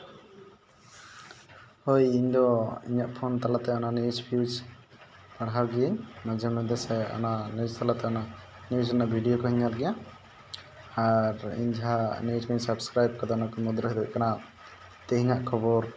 ᱦᱳᱭ ᱤᱧ ᱫᱚ ᱤᱧᱟᱹᱜ ᱯᱷᱳᱱ ᱛᱟᱞᱟᱛᱮ ᱚᱱᱟ ᱱᱤᱭᱩᱡᱽᱼᱯᱷᱤᱭᱩᱡᱽ ᱯᱟᱲᱦᱟᱣ ᱜᱤᱭᱟᱹᱧ ᱢᱟᱡᱷᱮ ᱢᱚᱫᱽᱫᱷᱮ ᱥᱮ ᱚᱱᱟ ᱱᱤᱭᱩᱡᱽ ᱥᱟᱞᱟᱜ ᱛᱮ ᱱᱤᱭᱩᱡᱽ ᱨᱚᱱᱟᱜ ᱵᱷᱤᱰᱤᱭᱳ ᱠᱩᱧ ᱧᱮᱞ ᱜᱮᱭᱟ ᱟᱨ ᱤᱧ ᱡᱟᱦᱟᱸ ᱱᱤᱭᱩᱡᱽ ᱠᱩᱧ ᱥᱟᱵᱥᱠᱨᱟᱭᱤᱵ ᱠᱟᱫᱟ ᱚᱱᱟ ᱠᱚ ᱢᱩᱫᱽᱨᱮ ᱦᱩᱭᱩᱜ ᱠᱟᱱᱟ ᱛᱮᱦᱮᱧᱟᱜ ᱠᱷᱚᱵᱚᱨ